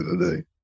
today